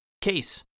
case